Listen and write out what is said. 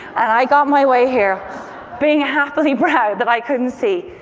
and i got my way here being happily proud that i couldn't see.